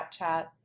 Snapchat